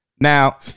Now